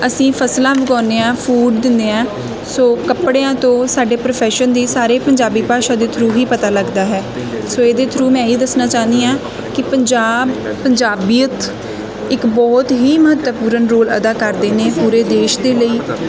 ਅਸੀਂ ਫ਼ਸਲਾਂ ਉਗਾਉਂਦੇ ਹਾਂ ਫ਼ੂਡ ਦਿੰਦੇ ਹਾਂ ਸੋ ਕੱਪੜਿਆਂ ਤੋਂ ਸਾਡੇ ਪ੍ਰੋਫੈਸ਼ਨ ਦੀ ਸਾਰੇ ਪੰਜਾਬੀ ਭਾਸ਼ਾ ਦੇ ਥਰੂ ਹੀ ਪਤਾ ਲੱਗਦਾ ਹੈ ਸੋ ਇਹਦੇ ਥਰੂ ਮੈਂ ਇਹੀ ਦੱਸਣਾ ਚਾਹੰਦੀ ਹਾਂ ਕਿ ਪੰਜਾਬ ਪੰਜਾਬੀਅਤ ਇੱਕ ਬਹੁਤ ਹੀ ਮਹੱਤਵਪੂਰਨ ਰੋਲ ਅਦਾ ਕਰਦੇ ਨੇ ਪੂਰੇ ਦੇਸ਼ ਦੇ ਲਈ